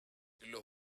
los